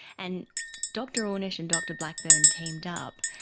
and dr ornish and dr blackburn teamed up,